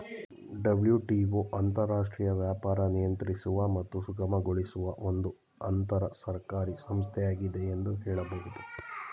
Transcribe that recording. WTO ಅಂತರರಾಷ್ಟ್ರೀಯ ವ್ಯಾಪಾರ ನಿಯಂತ್ರಿಸುವ ಮತ್ತು ಸುಗಮಗೊಳಿಸುವ ಒಂದು ಅಂತರಸರ್ಕಾರಿ ಸಂಸ್ಥೆಯಾಗಿದೆ ಎಂದು ಹೇಳಬಹುದು